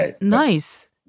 nice